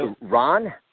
Ron